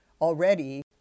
already